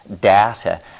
data